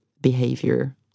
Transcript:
behavior